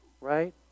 right